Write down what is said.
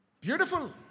Beautiful